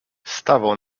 stawał